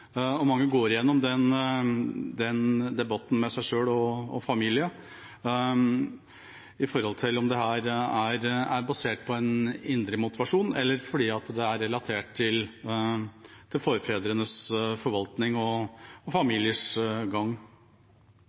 og motivasjon? For noen som har en odlet rett, blir det også et spørsmål om det er en plikt. Mange går gjennom den debatten med seg selv og familien – om det er basert på en indre motivasjon eller relatert til forfedrenes forvaltning og familiers gang.